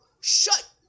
shut